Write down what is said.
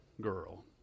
girl